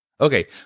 Okay